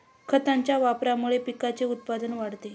खतांच्या वापरामुळे पिकाचे उत्पादन वाढते